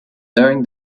during